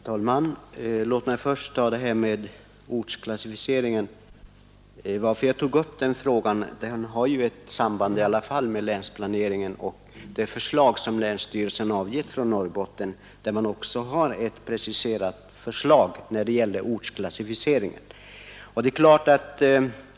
Herr talman! Låt mig först ta upp frågan om ortsklassificeringen. Att jag tog upp denna fråga har trots allt ett samband med det förslag som länsstyrelsen i Norrbotten avgivit, där man har ett preciserat förslag avseende ortsklassificeringen.